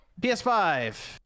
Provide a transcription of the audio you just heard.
PS5